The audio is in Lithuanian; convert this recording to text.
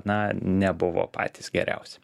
na nebuvo patys geriausi